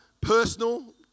personal